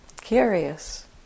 curious